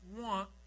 want